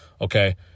Okay